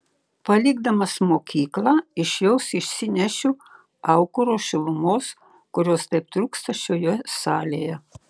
palikdamas mokyklą iš jos išsinešiu aukuro šilumos kurios taip trūksta šioje salėje